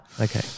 Okay